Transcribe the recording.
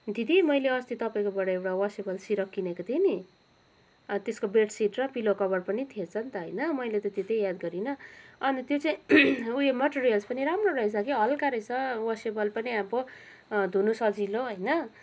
दिदी मैले अस्ति तपाईँकोबाट एउटा वासेबल सिरक किनेको थिएँ नि अँ त्यसको बेड सिट र पिलो कभर पनि थिएछ नि त होइन मैले त त्यति याद गरिनँ अनि त्यो चाहिँ उयो मटेरियल्स पनि राम्रो रहेछ के हल्का रहेछ वासेबल पनि अब अ धुनु सजिलो होइन